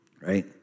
right